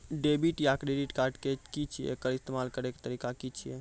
Debit या credit card की छियै? एकर इस्तेमाल करैक तरीका की छियै?